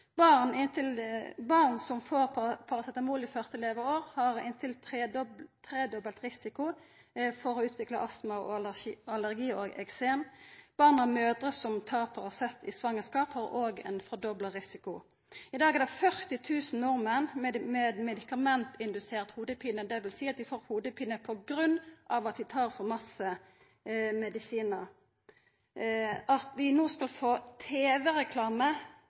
Barn som får paracetamol i første leveår, har inntil tredobla risiko for å utvikla astma, allergi og eksem. Barn av mødrer som tar Paracet i svangerskapet, har òg ein fordobla risiko. I dag er det 40 000 nordmenn med medikamentindusert hovudpine, dvs. at dei får hovudpine på grunn av at dei tar for mykje medisinar. At vi no skal få